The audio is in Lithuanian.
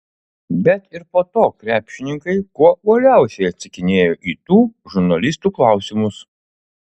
bet ir po to krepšininkai kuo uoliausiai atsakinėjo į tų žurnalistų klausimus